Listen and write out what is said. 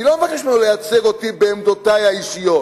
אני לא מבקש ממנו לייצג אותי בעמדותי האישיות,